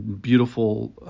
beautiful